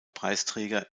preisträger